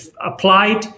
applied